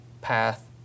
path